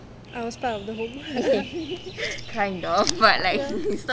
I was part of the home ya